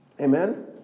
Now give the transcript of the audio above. Amen